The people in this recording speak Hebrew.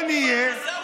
לא סתם זה ארבעה.